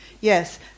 yes